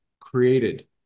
created